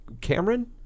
Cameron